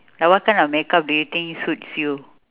like what kind of makeup do you think suits you